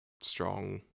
strong